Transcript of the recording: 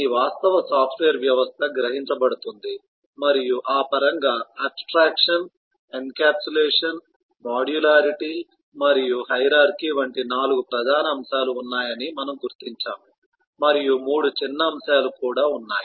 మీ వాస్తవ సాఫ్ట్వేర్ వ్యవస్థ గ్రహించబడుతుంది మరియు ఆ పరంగా అబ్స్ట్రాక్షన్ ఎన్క్యాప్సులేషన్ మాడ్యులారిటీ మరియు హైరార్కీ వంటి 4 ప్రధాన అంశాలు ఉన్నాయని మనము గుర్తించాము మరియు 3 చిన్న అంశాలు కూడా ఉన్నాయి